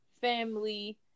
family